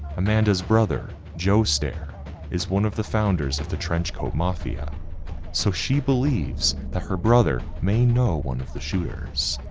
amanda's brother joe stair is one of the founders of the trenchcoat mafia so she believes that her brother may know one of the shooters.